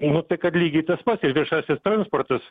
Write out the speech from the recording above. nu tai kad lygiai tas pats ir viešasis transportas